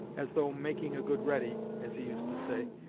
as though making a good ready, as he used to say,